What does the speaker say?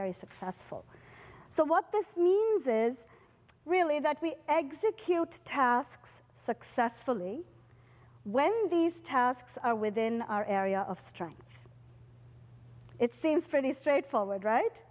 very successful so what this means is really that we exit cute tasks successfully when these tasks are within our area of strength it seems pretty straightforward right